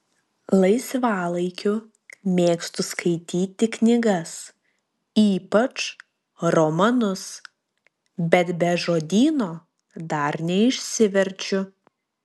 laisvalaikiu mėgstu skaityti knygas ypač romanus bet be žodyno dar neišsiverčiu